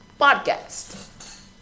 Podcast